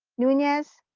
nunez,